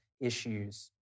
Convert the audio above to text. issues